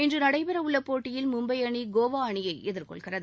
இன்று நடைபெறவுள்ள போட்டியில் மும்பை அணி கோவா அணியை எதிர்கொள்கிறது